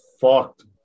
fucked